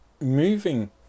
moving